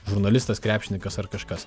žurnalistas krepšininkas ar kažkas